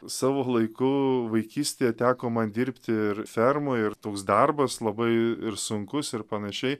savo laiku vaikystėje teko man dirbti ir fermoj ir toks darbas labai ir sunkus ir panašiai